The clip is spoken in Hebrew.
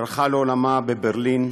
שהלכה לעולמה בברלין,